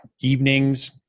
evenings